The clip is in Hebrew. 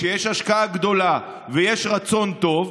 שיש השקעה גדולה ויש רצון טוב,